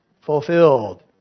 fulfilled